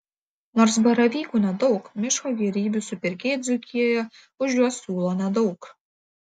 nors baravykų nedaug miško gėrybių supirkėjai dzūkijoje už juos siūlo nedaug